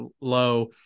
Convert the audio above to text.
low